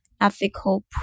ethical